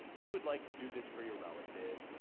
we would like to do this for your relative.